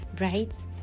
right